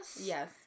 Yes